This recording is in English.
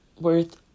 worth